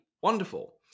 wonderful